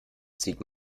zieht